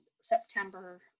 September